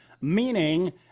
meaning